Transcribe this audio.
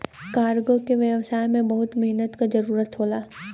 cargo के व्यवसाय में बहुत मेहनत क जरुरत होला